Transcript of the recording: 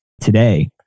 today